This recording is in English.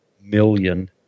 million